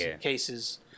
cases